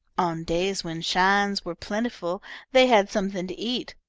on days when shines were plentiful they had something to eat,